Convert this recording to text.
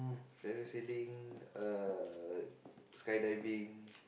parasailing ah skydiving